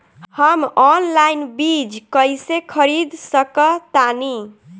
हम ऑनलाइन बीज कईसे खरीद सकतानी?